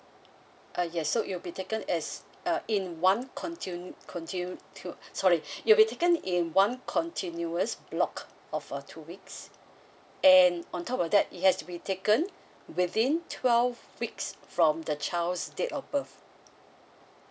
uh yes so it'll be taken as uh in one conti~ conti~ to sorry it'll be taken in one continuous block of uh two weeks and on top of that it has to be taken within twelve weeks from the child's date of birth